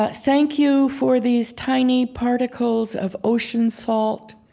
ah thank you for these tiny particles of ocean salt,